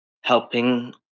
helping